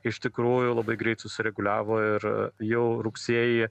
iš tikrųjų labai greit susireguliavo ir a jau rugsėjį